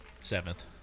Seventh